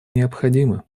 необходимы